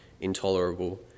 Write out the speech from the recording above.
intolerable